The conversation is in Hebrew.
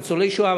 ניצולי שואה,